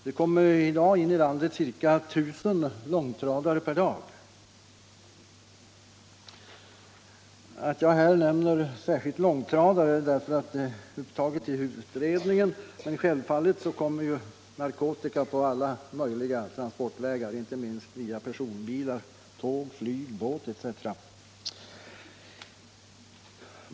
Det kommer in i landet ca 1 000 långtradare per dag. Att jag här nämner långtradare beror på att de är upptagna i utredningen. Men självfallet kommer narkotika in på alla möjliga transportvägar, inte minst via personbilar, tåg, flyg, båt etc.